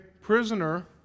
prisoner